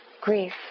grief